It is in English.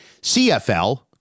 CFL